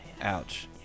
Ouch